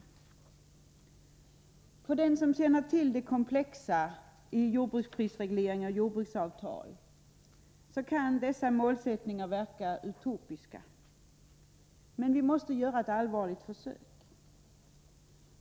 För den som känner till det komplexa i jordbruksprisregleringar och jordbruksavtal kan dessa målsättningar verka utopiska. Men vi måste göra ett allvarligt försök.